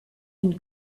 d’une